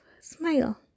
Smile